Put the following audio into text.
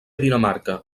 dinamarca